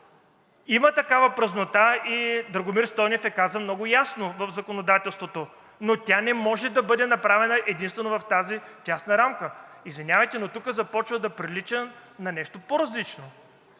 в законодателството и Драгомир Стойнев я каза много ясно, но тя не може да бъде направена единствено в тази тясна рамка. Извинявайте, но тук започва да прилича на нещо по-различно.